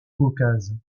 caucase